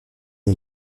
est